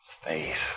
faith